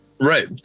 Right